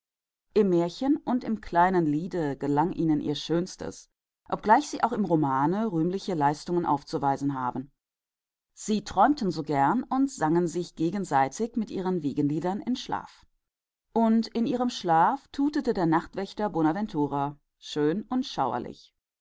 im märchen und im kleinen liede gelang ihnen ihr schönstes wenngleich sie auch im romane rühmliche leistungen aufzuweisen haben sie träumten so gern und sangen sich gegenseitig mit ihren wiegenliedern in schlaf und in ihren schlaf tutete der nachtwächter bonaventura schön und